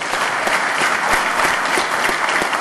(מחיאות כפיים)